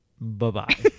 Bye-bye